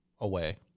away